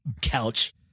couch